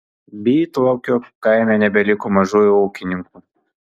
bytlaukio kaime nebeliko mažųjų ūkininkų